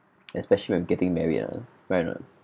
especially when getting married ah right or not